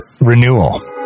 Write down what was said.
renewal